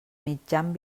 mitjan